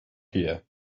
here